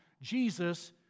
Jesus